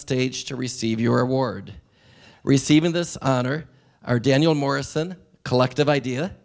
stage to receive your award receiving this honor our daniel morrison collective idea